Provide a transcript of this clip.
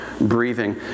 breathing